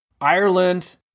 Ireland